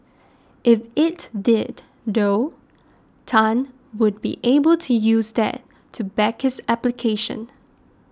if it did though Tan would be able to use that to back his application